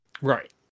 Right